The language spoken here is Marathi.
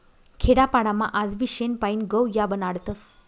खेडापाडामा आजबी शेण पायीन गव या बनाडतस